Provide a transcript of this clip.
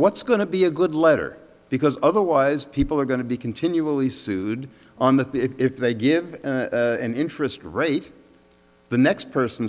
what's going to be a good letter because otherwise people are going to be continually sued on that if they give an interest rate the next person